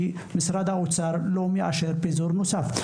כי משרד האוצר לא מאשר פיזור נוסף.